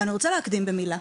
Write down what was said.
אני רוצה להקדים במילה,